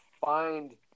find